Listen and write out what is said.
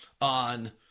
on